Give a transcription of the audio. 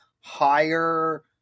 higher